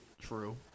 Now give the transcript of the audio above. True